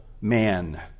man